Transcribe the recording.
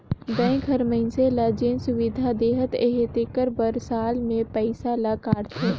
bank हर मइनसे ल जेन सुबिधा देहत अहे तेकर बर साल में पइसा ल काटथे